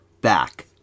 back